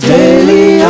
Daily